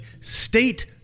state